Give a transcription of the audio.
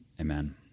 amen